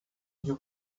you